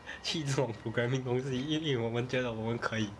去做 programming 东西因为我们觉得我们可以